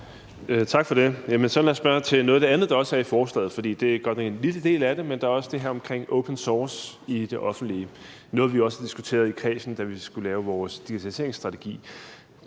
Tak for det. Lad mig så spørge til noget af det andet, der også er i forslaget, for det er godt nok en lille del af det, men der er også det her omkring open source i det offentlige, noget, vi også har diskuteret i kredsen, da vi skulle lave vores digitaliseringsstrategi.